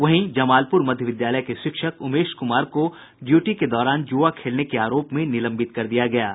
वहीं जमालपुर मध्य विद्यालय के शिक्षक उमेश कुमार को ड्यूटी के दौरान जुआ खेलने के आरोप में निलंबित कर दिया गया है